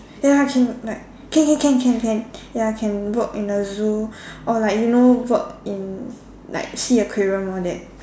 ya can like can can can can can ya can work in the zoo or like you know work in like sea aquarium all that